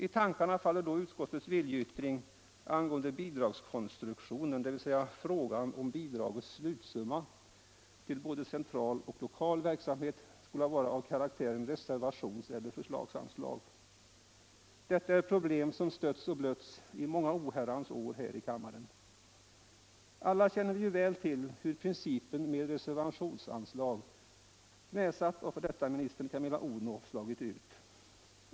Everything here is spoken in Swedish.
I tankarna faller då utskottets viljeyttring angående bidragskonstruktionen, dvs. frågan om bidragets slutsumma till både lokal och central verksamhet skall vara av karaktären reservationseller förslagsanslag. Detta är ett problem som blötts och stötts i många oherrans år här i kammaren. Alla känner vi väl till hur principen med reservationsanslag — knäsatt av f.d. statsrådet Camilla Odhnoff — slagit ut.